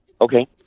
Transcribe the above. Okay